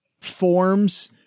forms